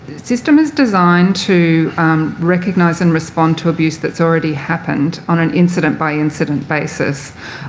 system is designed to recognise and respond to abuse that's already happened on an incident-by-incident basis,